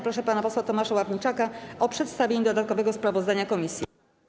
Proszę pana posła Tomasza Ławniczaka o przedstawienie dodatkowego sprawozdania komisji.